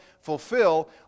fulfill